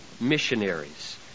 missionaries